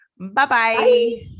Bye-bye